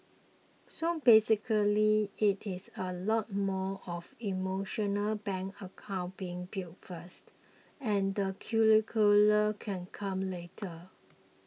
so basically it is a lot more of emotional bank account being built first and the curriculum can come later